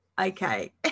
okay